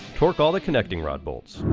torque all the connecting rod bolts.